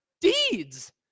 deeds